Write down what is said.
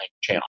channel